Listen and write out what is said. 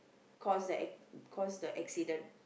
caused the ac~ caused the accident